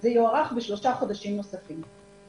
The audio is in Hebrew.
זה יוארך בעוד שלושה חודשים נוספים.